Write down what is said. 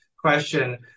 question